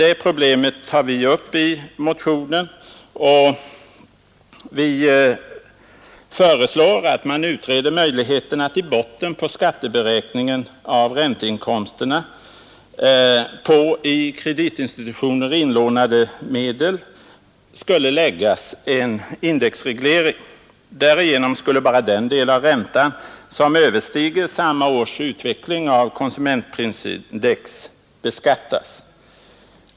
Det problemet tar vi upp i motionen, och vi föreslår att man utreder möjligheten att i botten på skatteberäkningen av ränteinkomsterna på i kreditinstitutionerna inlånade medel skulle läggas en indexreglering. Därigenom skulle endast den del av räntan som överstiger samma års utveckling av konsumentprisindex beskattas.